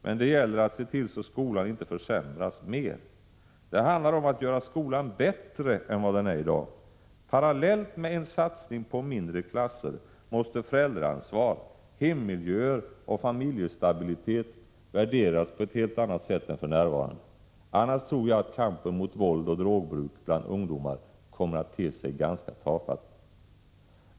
Men det gäller att se till att skolan inte försämras mer. Det handlar om att göra skolan bättre än vad den är i dag. Parallellt med en satsning på mindre klasser måste föräldraansvar, hemmiljöer och familjestabilitet värderas på ett helt annat sätt än för närvarande. Annars tror jag att kampen mot våld och drogbruk bland ungdomar kommer att te sig ganska tafatt.